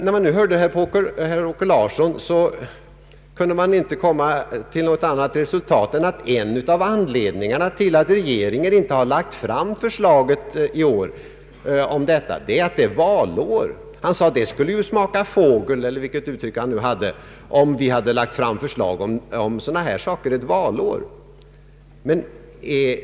När man hörde herr Åke Larssons inlägg kunde man inte komma till något annat resultat än att en av anledningarna till att regeringen inte har lagt fram förslaget härom i år är att det är valår. Det skulle ju smaka fågel, menade han — eller vilket uttryck han använde — om vi hade lagt fram förslag om en sådan sak ett valår.